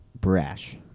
Brash